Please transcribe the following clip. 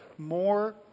More